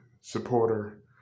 supporter